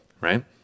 right